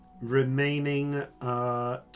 remaining